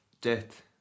Death